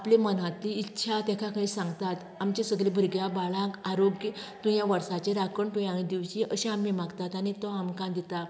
आपल्या मनांतली इच्छा तेका सांगतात आमचे सगले भुरग्यांक बाळांक आरोग्य तूं ह्या वर्साची राखण तुयें हांगा दिवची अशें आमी मागतात आनी तो आमकां दिता